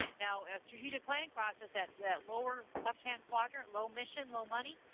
now as strategic planning process, that that lower left-hand quadrant, low mission, low money,